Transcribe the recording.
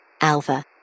Alpha